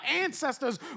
ancestors